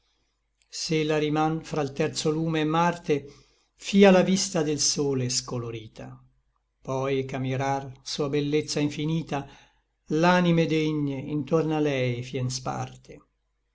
parte s'ella riman fra l terzo lume et marte fia la vista del sole scolorita poi ch'a mirar sua bellezza infinita l'anime degne intorno a lei fien sparte